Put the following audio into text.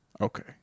Okay